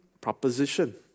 proposition